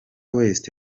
west